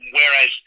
Whereas